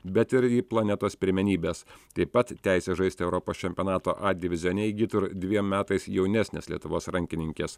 bet ir į planetos pirmenybes taip pat teisę žaisti europos čempionato a divizione įgytų ir dviem metais jaunesnės lietuvos rankininkės